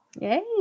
Yay